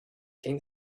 came